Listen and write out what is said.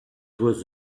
was